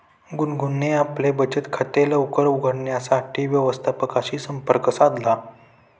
गुनगुनने आपले बचत खाते लवकर उघडण्यासाठी व्यवस्थापकाशी संपर्क साधला